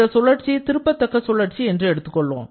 இந்த சுழற்சி திருப்பத்தக்க சுழற்சி என்று எடுத்துக்கொள்வோம்